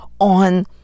on